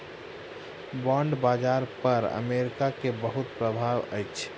bond बाजार पर America के बहुत प्रभाव अछि